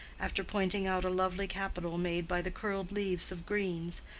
after pointing out a lovely capital made by the curled leaves of greens,